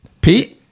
pete